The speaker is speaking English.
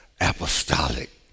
apostolic